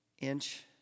inch